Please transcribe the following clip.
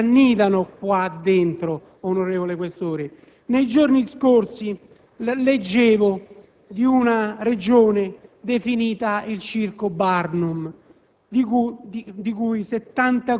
anche perché gli sprechi non si annidano qui dentro, onorevole Questore. Nei giorni scorsi, leggevo di una Regione, definita il Circo Barnum,